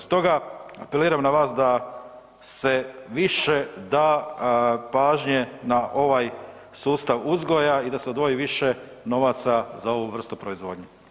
Stoga apeliram na vas da se više da pažnje na ovaj sustav uzgoja i da se odvoji više novaca za ovu vrstu proizvodnje.